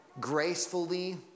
gracefully